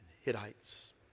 Hittites